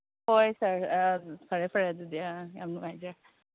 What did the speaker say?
ꯍꯣꯏ ꯁꯥꯔ ꯐꯔꯦ ꯐꯔꯦ ꯑꯗꯨꯗꯤ ꯑꯥ ꯌꯥꯝ ꯅꯨꯡꯉꯥꯏꯖꯔꯦ